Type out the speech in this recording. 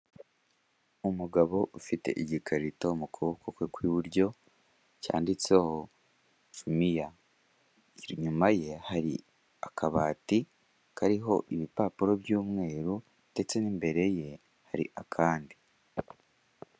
Umugabo ufite igikarito mu kuboko kwe kw'iburyo cyanditseho jumia, inyuma ye hari akabati kariho ibipapuro by'umweru ndetse n'imbere ye hari akandi.